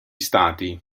stati